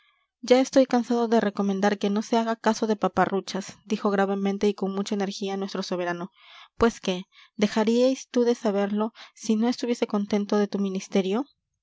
ya estoy cansado de recomendar que no se haga caso de paparruchas dijo gravemente y con mucha energía nuestro soberano pues qué dejarías tú de saberlo si no estuviese contento de tu ministerio